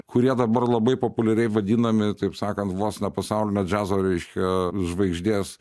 kurie dabar labai populiariai vadinami taip sakant vos ne pasaulinio džiazo reiškia žvaigždės